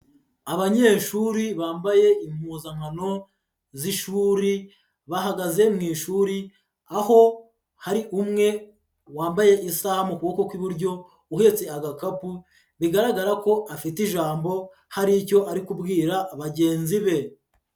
Abanyeshuri bambaye impuzankano z'ishuri, bahagaze mu ishuri, aho hari umwe wambaye isaha mu kuboko kw'iburyo uhetse agakapu, bigaragara ko afite ijambo hari icyo ari kubwira bagenzi be.